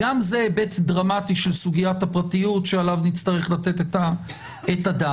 גם זה היבט דרמטי של סוגיית הפרטיות שעליו נצטרך לתת את הדעת.